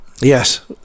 Yes